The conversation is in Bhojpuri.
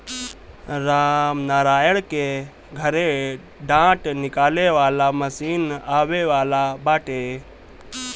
रामनारायण के घरे डाँठ निकाले वाला मशीन आवे वाला बाटे